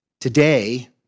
Today